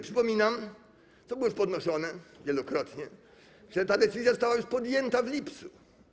Przypominam, co było już podnoszone wielokrotnie, że ta decyzja została podjęta już w lipcu.